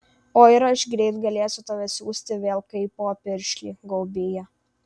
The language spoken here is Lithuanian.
o ir aš greit galėsiu tave siųsti vėl kaipo piršlį gaubyje